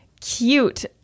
cute